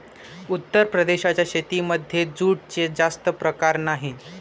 उत्तर प्रदेशाच्या शेतीमध्ये जूटचे जास्त प्रकार नाही